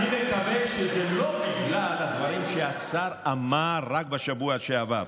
אני מקווה שזה לא בגלל הדברים שהשר אמר רק בשבוע שעבר.